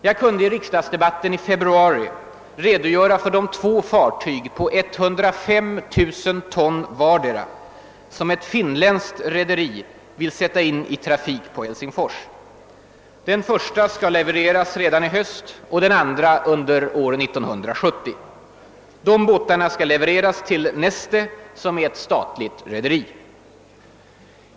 Jag kunde i riksdagsdebatten i februari redogöra för de två fartyg på 105 000 ton vartdera som ett finländskt rederi vill sätta in i trafik på Helsingfors. Det första skall levereras redan i höst, det andra under år 1970. Båtarna skall levereras till Neste Oy, som är ett statligt rederi.